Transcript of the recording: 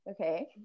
Okay